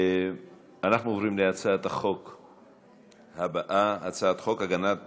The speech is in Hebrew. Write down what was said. אנחנו עוברים להצעת החוק הבאה, הצעת חוק הגנת